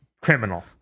criminal